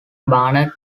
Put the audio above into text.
barnett